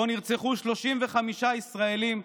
שבו נרצחו 35 ישראלים,